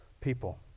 people